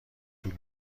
طول